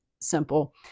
simple